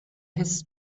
his